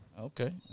Okay